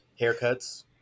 Haircuts